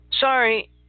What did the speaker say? Sorry